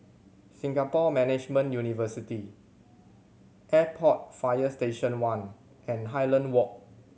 Singapore Management University Airport Fire Station One and Highland Walk